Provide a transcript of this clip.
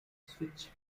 switch